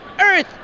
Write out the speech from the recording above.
earth